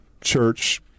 church –